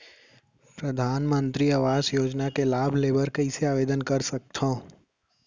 परधानमंतरी आवास योजना के लाभ ले बर कइसे आवेदन कर सकथव?